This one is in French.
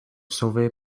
sauvée